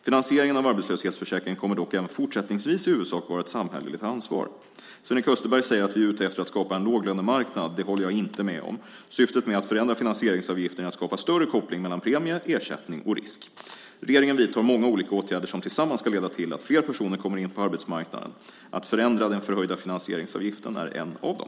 Finansieringen av arbetslöshetsförsäkringen kommer dock även fortsättningsvis i huvudsak att vara ett samhälleligt ansvar. Sven-Erik Österberg säger att vi är ute efter att skapa en låglönemarknad. Det håller jag inte med om. Syftet med att förändra finansieringsavgiften är att skapa större koppling mellan premie, ersättning och risk. Regeringen vidtar många olika åtgärder som tillsammans ska leda till att fler personer kommer in på arbetsmarknaden. Att förändra den förhöjda finansieringsavgiften är en av dem.